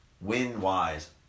win-wise